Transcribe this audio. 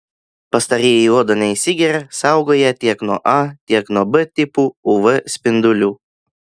pastarieji į odą neįsigeria saugo ją tiek nuo a tiek nuo b tipų uv spindulių